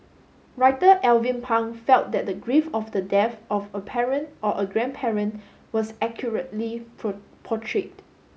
writer Alvin Pang felt that the grief of the death of a parent or a grandparent was accurately pro portrayed